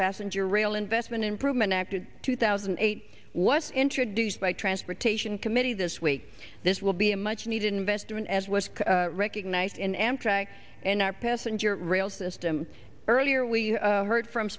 passenger rail investment improvement acted two thousand and eight was introduced by transportation committee this week this will be a much needed investment as was recognized in amtrak and our passenger rail system earlier we heard from